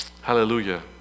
Hallelujah